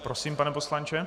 Prosím, pane poslanče.